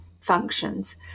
functions